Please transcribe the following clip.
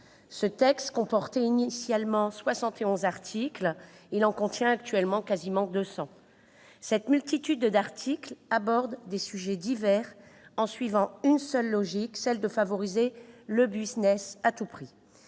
Ce texte comportait initialement 71 articles, il en contient actuellement près de 200. Cette multitude d'articles aborde des sujets divers, en suivant une seule logique : favoriser le « business » à tout prix.